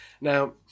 Now